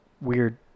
weird